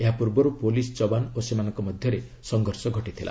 ଏହାପୂର୍ବରୁ ପୁଲିସ୍ ଯବାନ ଓ ସେମାନଙ୍କ ମଧ୍ୟରେ ସଂଘର୍ଷ ହୋଇଥିଲା